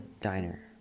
diner